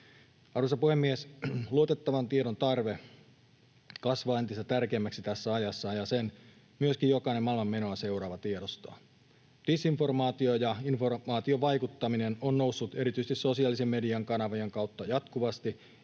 Arvoisa puhemies! Luotettavan tiedon tarve kasvaa entistä tärkeämmäksi tässä ajassa, ja sen jokainen maailman menoa seuraava myöskin tiedostaa. Disinformaatio ja informaatiovaikuttaminen ovat nousseet erityisesti sosiaalisen median kanavien kautta jatkuvasti,